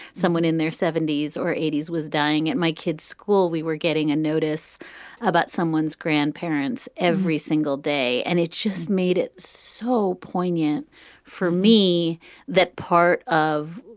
someone in their seventy s or eighty s was dying at my kid's school. we were getting a notice about someone's grandparents every single day. and it just made it so poignant for me that part of,